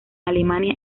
alemania